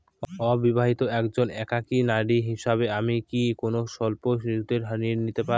অবিবাহিতা একজন একাকী নারী হিসেবে আমি কি কোনো স্বল্প সুদের ঋণ পাব?